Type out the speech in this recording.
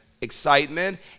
excitement